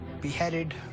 Beheaded